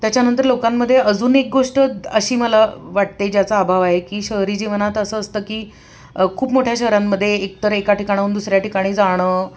त्याच्यानंतर लोकांमध्ये अजून एक गोष्ट अशी मला वाटते ज्याचा अभाव आहे की शहरी जीवनात असं असतं की खूप मोठ्या शहरांमध्ये एकतर एका ठिकाणाहून दुसऱ्या ठिकाणी जाणं